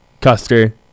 Custer